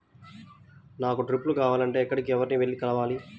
నాకు డ్రిప్లు కావాలి అంటే ఎక్కడికి, ఎవరిని వెళ్లి కలవాలి?